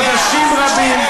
חודשים רבים.